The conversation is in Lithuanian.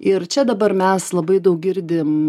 ir čia dabar mes labai daug girdim